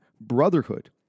Brotherhood